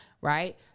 Right